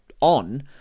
on